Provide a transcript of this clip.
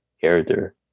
character